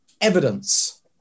evidence